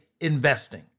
investing